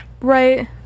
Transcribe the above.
Right